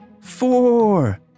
Four